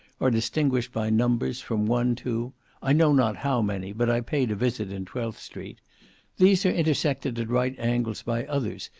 are distinguished by numbers, from one to i know not how many, but i paid a visit in twelth street these are intersected at right angles by others,